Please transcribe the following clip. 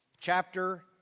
chapter